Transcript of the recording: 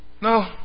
no